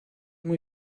muy